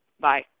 Bye